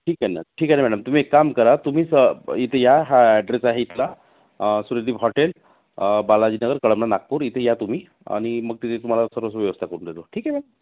ठीक आहे ना ठीक आहे ना मॅडम तुम्ही एक काम करा तुम्ही स इथे या हा ॲड्रेस आहे इथला सुर्यदीप हॉटेल बालाजी नगर कळमना नागपूर इथे या तुम्ही आणि मग तिथे तुम्हाला सर्व व्यवस्था करून देतो ठीक आहे मॅम